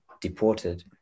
deported